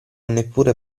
neppure